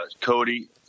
Cody